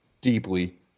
deeply